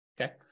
Okay